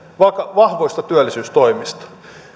vahvoista työllisyystoimista